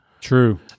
True